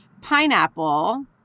pineapple